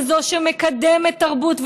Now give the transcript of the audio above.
כזאת שמקדמת תרבות,